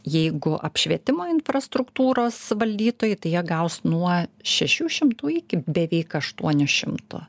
jeigu apšvietimo infrastruktūros valdytojai tai jie gaus nuo šešių šimtų iki beveik aštuonių šimtų